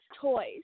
toys